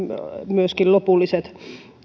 myöskin lopulliset